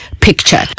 Picture